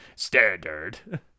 Standard